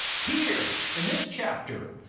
here in this chapter,